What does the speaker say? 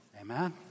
Amen